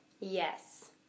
Yes